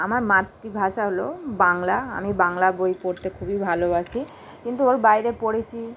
আমার মাতৃভাষা হলো বাংলা আমি বাংলা বই পড়তে খুবই ভালোবাসি কিন্তু ওর বাইরে পড়েছি